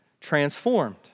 transformed